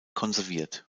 konserviert